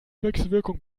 wechselwirkung